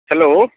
hello